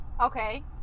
Okay